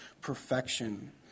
perfection